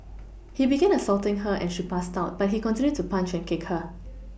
he began assaulting her and she passed out but he continued to punch and kick her